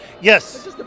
Yes